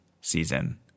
season